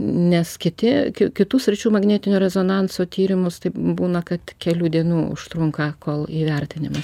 nes kiti kitų sričių magnetinio rezonanso tyrimus taip būna kad kelių dienų užtrunka kol įvertinimas